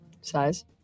Size